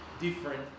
different